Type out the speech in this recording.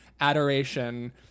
adoration